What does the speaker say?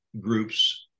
groups